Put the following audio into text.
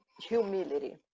humility